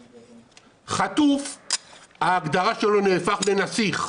חטוף, ההגדרה שלו, נהפך לנסיך.